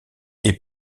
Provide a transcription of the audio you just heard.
est